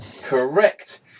Correct